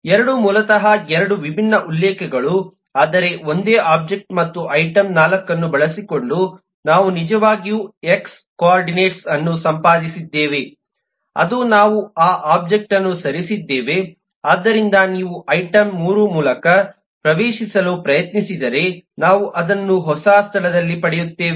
2 ಮೂಲತಃ 2 ವಿಭಿನ್ನ ಉಲ್ಲೇಖಗಳು ಆದರೆ ಒಂದೇ ಒಬ್ಜೆಕ್ಟ್ ಮತ್ತು ಐಟಂ 4 ಅನ್ನು ಬಳಸಿಕೊಂಡು ನಾವು ನಿಜವಾಗಿಯೂ ಎಕ್ಷ ಕೋಆರ್ಡಿನೇಟ್ಸ್ ಅನ್ನು ಸಂಪಾದಿಸಿದ್ದೇವೆ ಅದು ನಾವು ಆ ಒಬ್ಜೆಕ್ಟ್ ಅನ್ನು ಸರಿಸಿದ್ದೇವೆ ಆದ್ದರಿಂದ ನೀವು ಅದನ್ನು ಐಟಂ 3 ಮೂಲಕ ಪ್ರವೇಶಿಸಲು ಪ್ರಯತ್ನಿಸಿದರೆ ನಾವು ಅದನ್ನು ಹೊಸ ಸ್ಥಳದಲ್ಲಿ ಪಡೆಯುತ್ತೇವೆ